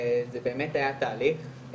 זה באמת היה תהליך,